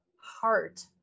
heart